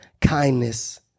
kindness